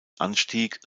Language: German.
anstieg